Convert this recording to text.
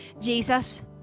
Jesus